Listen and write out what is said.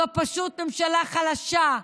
זו פשוט ממשלה חלשה,